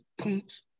teach